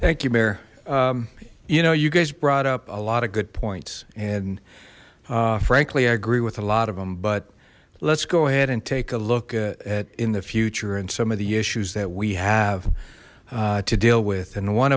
thank you mayor you know you guys brought up a lot of good points and frankly i agree with a lot of them but let's go ahead and take a look at in the future and some of the issues that we have to deal with and one